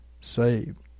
saved